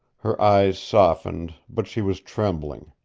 her eyes softened, but she was trembling.